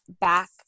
back